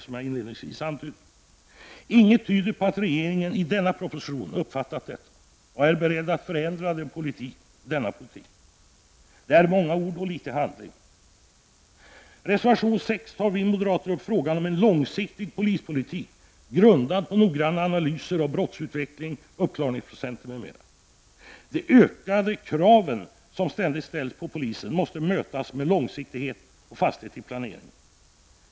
Inget i denna proposition tyder på att regeringen uppfattat detta och är beredd att förändra denna politik. Det är många ord och litet handling. I reservation nr 6 tar vi moderater upp frågan om en långsiktig polispolitik grundad på noggranna analyser av brottsutveckling, uppklarningsprocenter m.m. De ökade krav som ständigt ställs på polisen måste mötas med långsiktighet och fasthet i planeringen.